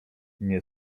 nie